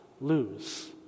lose